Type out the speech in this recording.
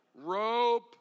rope